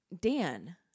Dan